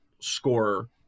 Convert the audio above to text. scorer